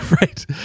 right